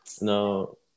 No